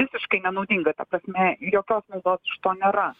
visiškai nenaudinga ta prasme jokios naudos iš to nera